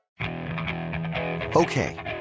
Okay